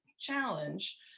challenge